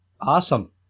Awesome